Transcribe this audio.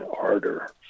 harder